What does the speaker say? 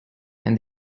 and